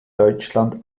deutschland